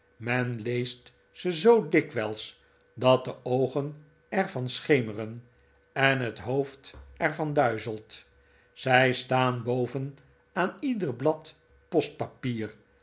men leest ze zoo dikwijls dat de oogen er van schemeren en het hoofd er van duizelt zij staan boven aan ieder blad